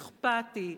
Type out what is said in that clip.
אכפתי,